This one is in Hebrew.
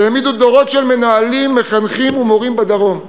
שהעמידו דורות של מנהלים, מחנכים ומורים בדרום,